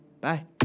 Bye